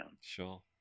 Sure